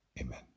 Amen